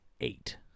eight